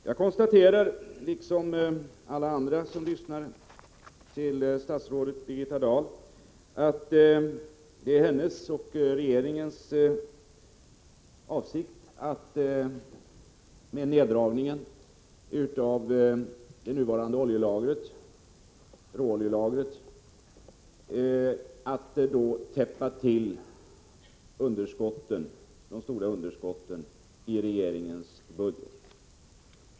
Herr talman! Jag, liksom alla andra som lyssnade till statsrådet Birgitta Dahl, kan konstatera att hennes och regeringens avsikt med neddragningen av det nuvarande råoljelagret är att täppa till de stora underskotten i regeringens budget.